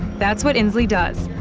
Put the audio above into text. that's what inslee does.